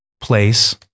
place